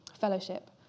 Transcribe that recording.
Fellowship